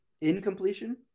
Incompletion